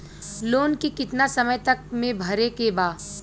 Loan के कितना समय तक मे भरे के बा?